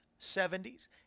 70s